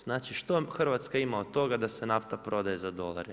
Znači što Hrvatska ima od toga da se nafta prodaje za dolare?